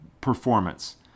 performance